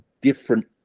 different